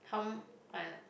how